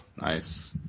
Nice